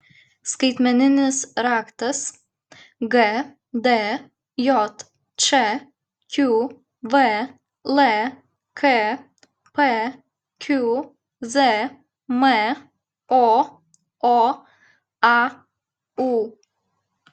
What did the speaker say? skaitmeninis raktas gdjč qvlk pqzm ooau